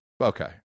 Okay